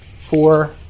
four